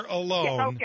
alone